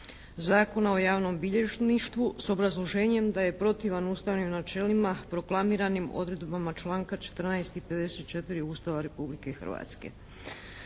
Zakona o javnom bilježništvu s obrazloženjem da je protivan Ustavnim načelima proklamiranim odredbama članka 14. i 54. Ustava Republike Hrvatske.